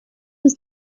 was